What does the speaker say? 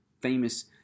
famous